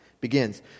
begins